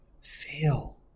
fail